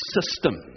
system